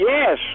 Yes